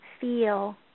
feel